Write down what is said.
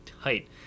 tight